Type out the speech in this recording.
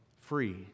free